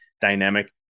Dynamic